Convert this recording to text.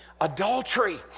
adultery